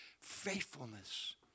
Faithfulness